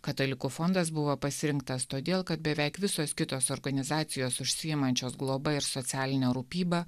katalikų fondas buvo pasirinktas todėl kad beveik visos kitos organizacijos užsiimančios globa ir socialine rūpyba